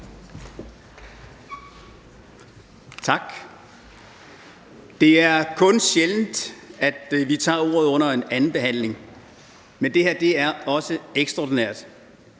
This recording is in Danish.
Tak. Det er kun sjældent, at vi tager ordet under en andenbehandling, men det her er også ekstraordinært.